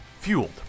Fueled